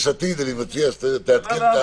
אני מציע שתעדכן.